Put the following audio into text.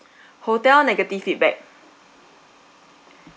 hotel negative feedback